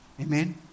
amen